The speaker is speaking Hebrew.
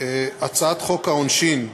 הצעת חוק העונשין (תיקון,